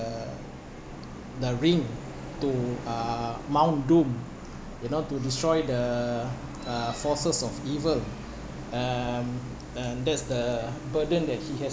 uh the ring to uh mount doom you know to destroy the uh forces of evil um and that's the burden that he has